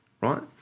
right